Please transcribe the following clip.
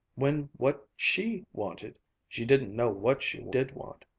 when what she wanted she didn't know what she did want.